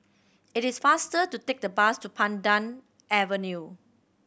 it is faster to take the bus to Pandan Avenue